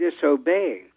disobeying